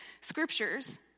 scriptures